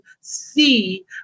see